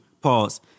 pause